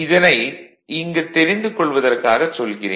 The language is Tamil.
இதை இங்கு தெரிந்து கொள்வதற்காக சொல்கிறேன்